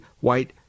white